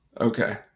Okay